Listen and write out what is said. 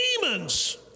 demons